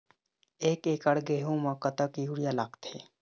एक एकड़ गेहूं म कतक यूरिया लागथे?